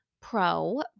pro